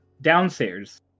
downstairs